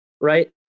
right